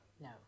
No